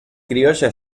criolla